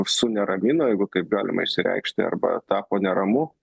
suneramino jeigu kaip galima išsireikšti arba tapo neramu